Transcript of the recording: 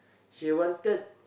she wanted